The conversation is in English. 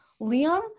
Liam